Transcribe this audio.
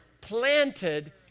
planted